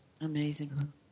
Amazing